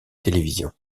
télévision